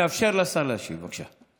תאפשר לשר להשיב, בבקשה.